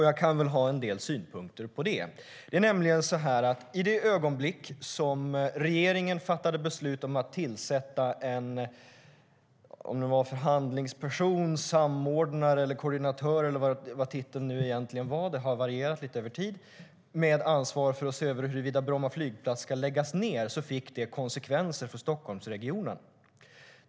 Jag kan väl ha en del synpunkter på det.I det ögonblick som regeringen fattade beslut om att tillsätta en förhandlingsperson - samordnare, koordinatör, eller vad titeln nu var, det har varierat lite över tid - med ansvar för att se över huruvida Bromma flygplats ska läggas ned fick det konsekvenser för Stockholmsregionen.